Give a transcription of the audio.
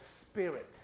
Spirit